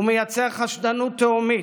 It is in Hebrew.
הוא מייצר חשדנות תהומית,